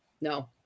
No